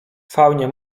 faunie